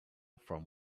from